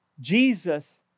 Jesus